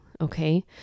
okay